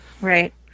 Right